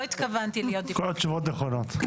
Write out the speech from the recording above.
כן, כל התשובות נכונות.